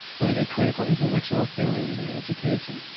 but a critical intellectual failing in their education.